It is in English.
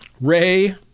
Ray